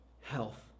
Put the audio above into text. Health